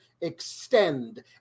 extend